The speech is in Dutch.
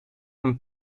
een